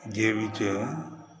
जे भी छै